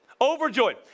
Overjoyed